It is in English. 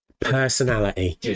Personality